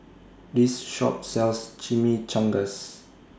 This Shop sells Chimichangas